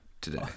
Today